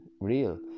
real